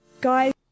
Guys